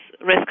risk